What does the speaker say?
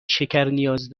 شکرنیاز